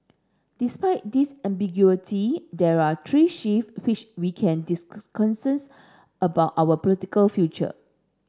despite this ambiguity there are three shift which we can about our political future